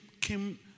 came